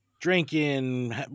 drinking